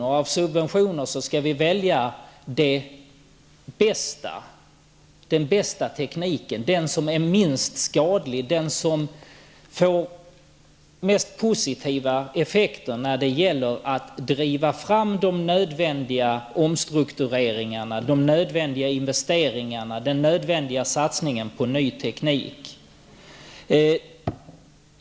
Det vi skall välja att subventionera är den bästa tekniken, den som är minst skadlig, den som får mest positiva effekter när det gäller att driva fram de nödvändiga omstruktureringarna, de nödvändiga investeringarna och den nödvändiga satsningen på ny teknik.